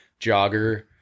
jogger